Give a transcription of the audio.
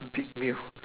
big meal